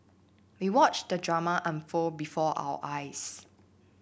we watched the drama unfold before our eyes